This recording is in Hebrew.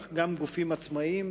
אך גם גופים עצמאיים,